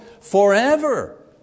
forever